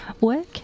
work